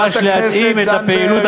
חברת הכנסת זנדברג,